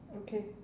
okay